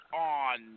on